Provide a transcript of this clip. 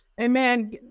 Amen